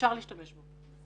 אפשר להשתמש בו.